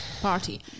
party